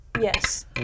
Yes